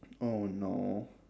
oh no